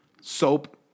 soap